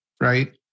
right